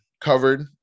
covered